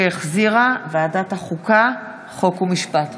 שהחזירה ועדת החוקה, חוק ומשפט.